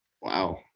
Wow